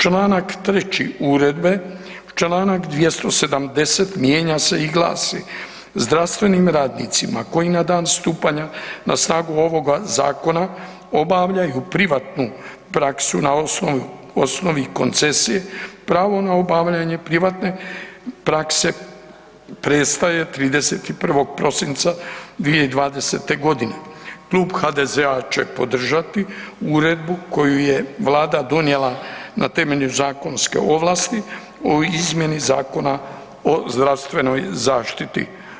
Čl. 3. uredbe, čl. 270. mijenja se i glasi: Zdravstvenim radnicima koji na dan stupanja na snagu ovoga zakona obavljaju privatnu praksu na osnovi koncesije, pravo na obavljanje privatne prakse prestaje 31. prosinca 2020. g.“ Klub HDZ-a će podržati uredbu koju je Vlada donijela na temelju zakonske ovlasti o izmjeni Zakona o zdravstvenoj zaštiti.